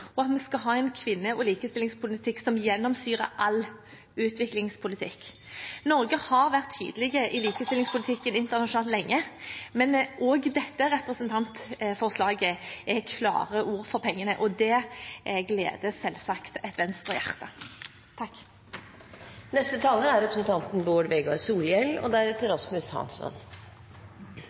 som gjennomsyrer all utviklingspolitikk. Norge har vært tydelig i likestillingspolitikken internasjonalt lenge, men også dette representantforslaget er klare ord for pengene, og det gleder selvsagt et Venstre-hjerte. Takk igjen til saksordføraren for godt og grundig arbeid med eit uvanleg stort representantforslag. Sidan dette er